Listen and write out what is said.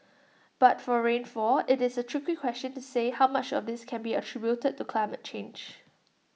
but for rainfall IT is A tricky question to say how much of this can be attributed to climate change